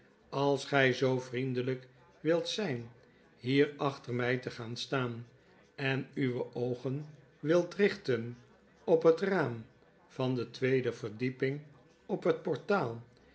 als gg zoo vriendqiyk wilt zgn hier achter my te gaan staan en uwe oogen wilt richten op het raam van de tweede verdieping op het portaal